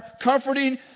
comforting